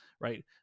Right